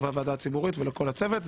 לחברי הוועדה הציבורית ולכל הצוות.